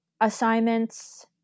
assignments